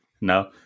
No